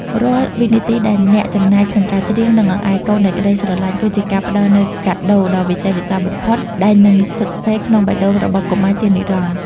រាល់វិនាទីដែលអ្នកចំណាយក្នុងការច្រៀង និងអង្អែលកូនដោយក្ដីស្រឡាញ់ គឺជាការផ្ដល់នូវកាដូដ៏វិសេសវិសាលបំផុតដែលនឹងស្ថិតស្ថេរក្នុងបេះដូងរបស់កុមារជានិរន្តរ៍។